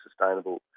sustainable